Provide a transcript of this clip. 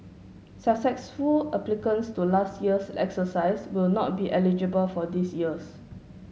successful applicants to last year's exercise will not be eligible for this year's